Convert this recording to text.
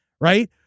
right